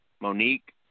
Monique